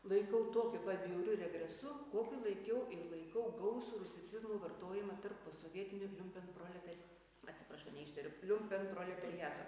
laikau tokiu pat bjauriu regresu kokiu laikiau ir laikau gausų rusicizmų vartojimą tarp posovietinio liumpenproletari atsiprašau neištariu liumpenproletariato